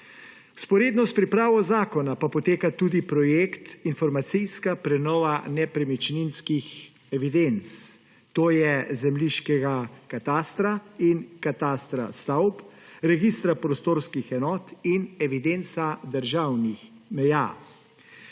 Vzporedno s pripravo zakona pa poteka tudi projekt informacijska prenova nepremičninskih evidenc, to je zemljiškega katastra in katastra stavb, registra prostorskih enot in evidenca državnih meja.